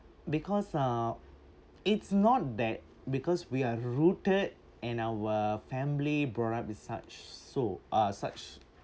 because uh it's not that because we are rooted in our family brought up with such so uh such